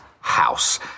house